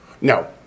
No